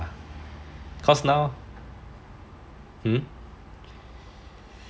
cause no hmm